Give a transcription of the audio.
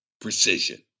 precision